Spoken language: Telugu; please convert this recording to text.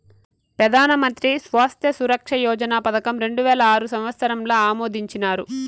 పెదానమంత్రి స్వాస్త్య సురక్ష యోజన పదకం రెండువేల ఆరు సంవత్సరంల ఆమోదించినారు